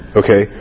okay